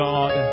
God